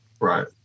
Right